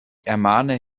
ermahnte